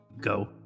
go